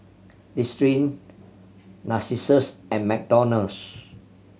Listerine Narcissus and McDonald's